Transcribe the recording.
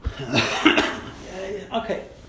Okay